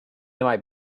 might